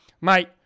mate